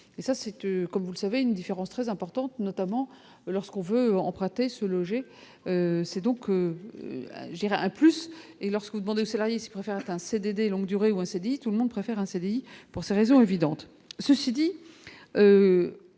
et, ça, c'est que, comme vous le savez, une différence très importante, notamment lorsqu'on veut emprunter se loger c'est donc je dirais plus et lorsque vous demandez aux salariés s'ils préfèrent un CDD longue durée, on se dit, tout le monde préfère un CDI pour ces raisons évidentes, ceci dit.